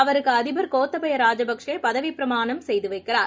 அவருக்குஅதிபர் கோத்தபயராஜபக்சேபதவிப் பிரமாணம் செய்துவைக்கிறார்